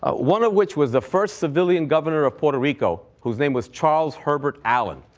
ah one of which was the first civilian governor of puerto rico whose name was charles herbert allen.